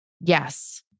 yes